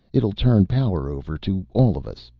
it'll turn power over to all of us,